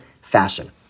fashion